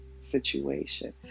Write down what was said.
situation